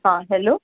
ହଁ ହ୍ୟାଲୋ